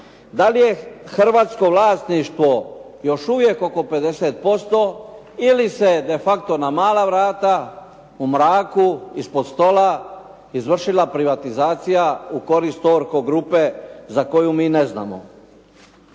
Da li je hrvatsko vlasništvo još uvijek oko 50% ili se de facto na mala vrata u mraku ispod stola izvršila privatizacija u korist "ORKO" grupe za koju mi neznamo.